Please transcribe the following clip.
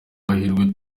mahirwe